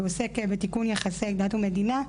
שעוסק בתיקון יחסי דת ומדינה,